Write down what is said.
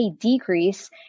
decrease